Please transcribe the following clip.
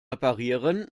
reparieren